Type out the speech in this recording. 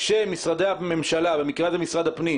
כשמשרדי הממשלה במקרה הזה משרד הפנים